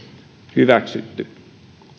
hyväksytty